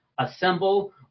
Assemble